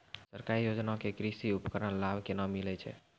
सरकारी योजना के कृषि उपकरण लाभ केना मिलै छै?